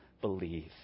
believe